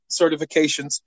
certifications